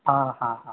हँ हँ हँ